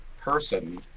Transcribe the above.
person